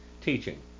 Teaching